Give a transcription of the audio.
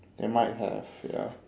they might have ya